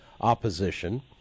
opposition